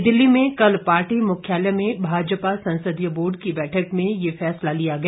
नई दिल्ली में कल पार्टी मुख्यालय में भाजपा संसदीय बोर्ड की बैठक में यह फैसला लिया गया